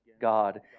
God